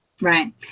Right